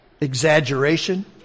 exaggeration